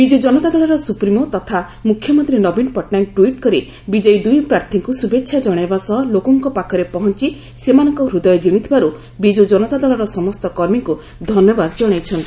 ବିଜୁ ଜନତା ଦଳର ସୁପ୍ରିମୋ ତଥା ମୁଖ୍ୟମନ୍ତୀ ନବୀନ ପଟ୍ଟନାୟକ ଟ୍ୱିଟ୍ କରି ବିଜୟୀ ଦୁଇ ପ୍ରାର୍ଥୀଙ୍କୁ ଶୁଭେଛା ଜଣାଇବା ସହ ଲୋକଙ୍କ ପାଖରେ ପହଞି ସେମାନଙ୍କ ହୃଦୟ ଜିଣିଥିବାରୁ ବିଜୁ ଜନତା ଦଳର ସମସ୍ତ କର୍ମୀଙ୍କୁ ସାଧୁବାଦ ଜଣାଇଛନ୍ତି